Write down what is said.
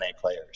players